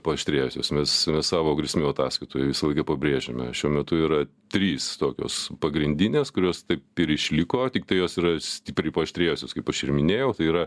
paaštrėjusios mes savo grėsmių ataskaitoj visą laiką pabrėžiame šiuo metu yra trys tokios pagrindinės kurios taip ir išliko tiktai jos yra stipriai paaštrėjusios kaip aš ir minėjau tai yra